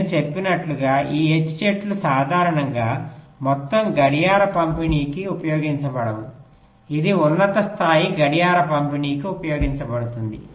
నేను చెప్పినట్లుగా ఈ H చెట్టు సాధారణంగా మొత్తం గడియార పంపిణీకి ఉపయోగించబడదు ఇది ఉన్నత స్థాయి గడియార పంపిణీకి ఉపయోగించబడుతుంది